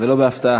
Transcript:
ולא בהפתעה.